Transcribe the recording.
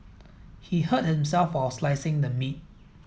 he hurt himself while slicing the meat